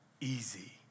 easy